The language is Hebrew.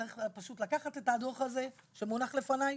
צריך פשוט לקחת את הדוח הזה שמונח לפניי,